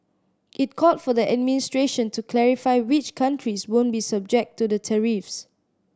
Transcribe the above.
it called for the administration to clarify which countries won't be subject to the tariffs